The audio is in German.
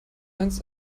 einst